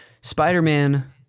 Spider-Man